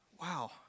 wow